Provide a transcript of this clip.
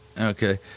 okay